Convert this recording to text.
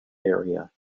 area